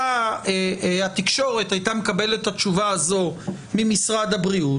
אז התקשורת הייתה מקבלת את התשובה הזו ממשרד הבריאות,